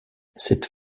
cette